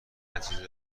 نتیجه